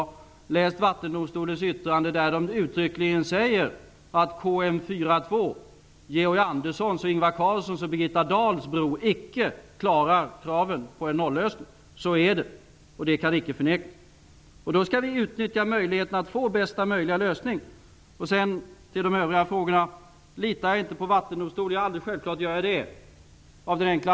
Därför har han säkert läst Vattendomstolens yttrande, där det uttryckligen sägs att KM 4.2, Birgitta Dahls bro, icke klarar kraven på en nollösning. Så är det, och det kan icke förnekas. Vi skall då utnyttja möjligheterna att få bästa möjliga lösning. Georg Andersson frågar sedan om jag inte litar på Vattendomstolen. Jo, alldeles självklart litar jag på Vattendomstolen.